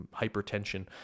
hypertension